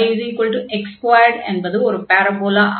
yx2 என்பது ஒரு parabola ஆகும்